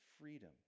freedom